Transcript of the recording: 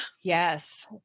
Yes